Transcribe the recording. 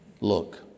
look